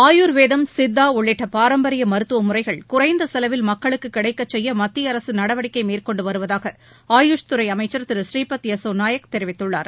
ஆயுர்வேதம் சித்தா உள்ளிட்ட பாரம்பரிய மருத்துவ முறைகள் குறைந்த செலவில் மக்களுக்கு கிடைக்கச் செய்ய மத்திய அரசு நடவடிக்கை மேற்கொண்டு வருவதாக ஆயுஷ்துறை அமைச்சர் திரு புரீபத் யசோ நாயக் தெரிவித்துள்ளார்